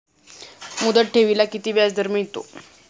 मुदत ठेवीला किती व्याजदर मिळतो?